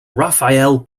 raphael